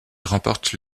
remporte